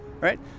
Right